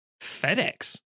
FedEx